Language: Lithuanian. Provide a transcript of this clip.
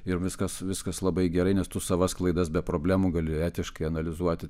ir viskas viskas labai gerai nes tu savas klaidas be problemų gali etiškai analizuoti